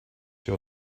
your